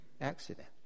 accident